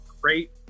great